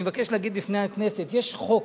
אני מבקש להגיד בפני הכנסת: יש חוק,